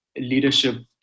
leadership